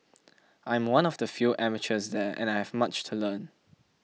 I am one of the few amateurs there and I have much to learn